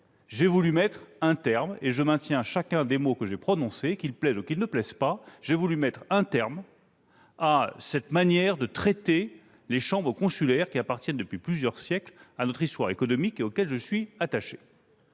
la disparition des CCI. Je maintiens chacun des mots que j'ai prononcés, qu'ils plaisent ou non : j'ai voulu mettre un terme à cette manière de traiter les chambres consulaires qui appartiennent depuis plusieurs siècles à notre histoire économique et auxquelles je suis attaché.